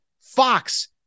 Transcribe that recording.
Fox